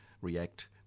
react